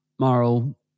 moral